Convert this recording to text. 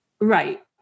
Right